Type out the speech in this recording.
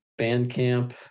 Bandcamp